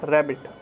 Rabbit